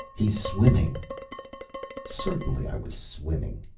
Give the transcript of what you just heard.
he's swimming certainly i was swimming.